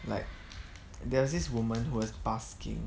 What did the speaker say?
like there was this woman who was basking